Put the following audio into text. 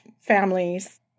families